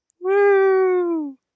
woo